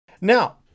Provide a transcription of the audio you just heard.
Now